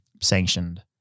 sanctioned